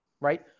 right